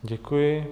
Děkuji.